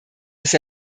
ist